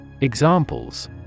Examples